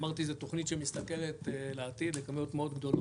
אמרתי זה תוכנית שמסתכלת לעתיד לכמויות מאוד גדולות,